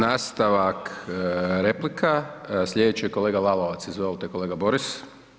Nastavak replika, slijedeći je kolega Lalovac, izvolite kolega Boris.